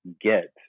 get